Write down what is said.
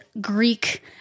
Greek